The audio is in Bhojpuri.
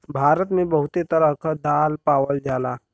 भारत मे बहुते तरह क दाल पावल जाला